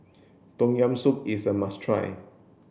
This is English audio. tom yam soup is a must try